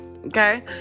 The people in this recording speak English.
Okay